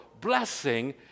blessing